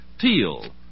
teal